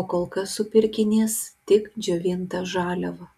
o kol kas supirkinės tik džiovintą žaliavą